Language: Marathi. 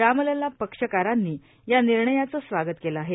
रामलल्ला पक्षकारांनी या निर्णयाचं स्वा त केलं आहे